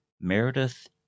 Meredith